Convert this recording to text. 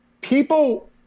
People